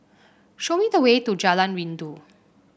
show me the way to Jalan Rindu